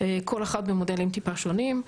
כל אחד במודלים טיפה שונים,